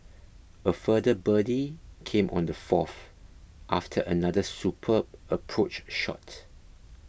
a further birdie came on the fourth after another superb approach shot